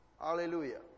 Hallelujah